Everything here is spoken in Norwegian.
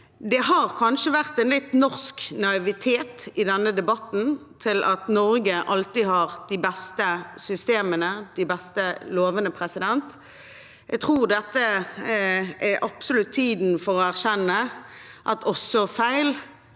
Det har kanskje vært litt norsk naivitet i denne debatten, at Norge alltid har de beste systemene og de beste lovene. Jeg tror dette absolutt er tiden for å erkjenne at feil